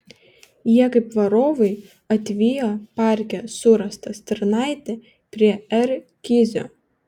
jie kaip varovai atvijo parke surastą stirnaitę prie r kizio